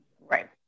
Right